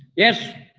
yes.